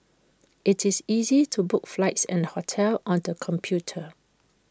IT is easy to book flights and hotels on the computer